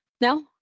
No